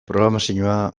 programazioa